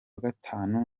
gatanu